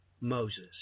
Moses